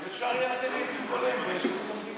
ואז אפשר יהיה לתת ייצוג הולם בשירות המדינה.